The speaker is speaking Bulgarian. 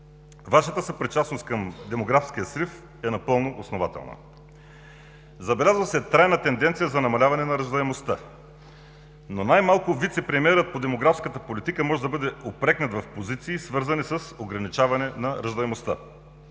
Вашата съпричастност към демографския срив е напълно основателна. Забелязва се трайна тенденция за намаляване на раждаемостта. Но най-малко вицепремиерът по демографската политика може да бъде упрекнат в позиции, свързани с ограничаване на раждаемостта.